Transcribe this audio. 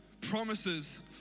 promises